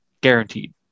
guaranteed